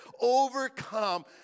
overcome